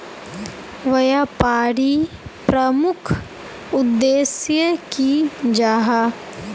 व्यापारी प्रमुख उद्देश्य की जाहा?